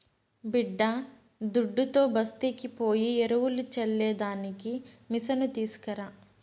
బిడ్డాదుడ్డుతో బస్తీకి పోయి ఎరువులు చల్లే దానికి మిసను తీస్కరా